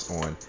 on